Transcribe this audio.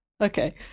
Okay